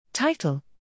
Title